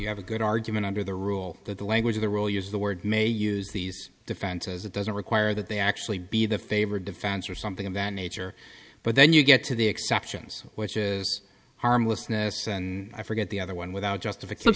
you have a good argument under the rule that the language of the roll use the word may use these defenses it doesn't require that they actually be the favored defense or something of that nature but then you get to the exceptions which is harmlessness and i forget the other one without justification